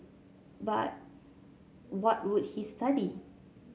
but what would he study